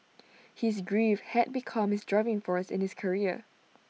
his grief had become his driving force in his career